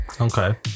Okay